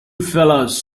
fellas